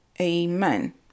Amen